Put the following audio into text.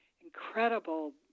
incredible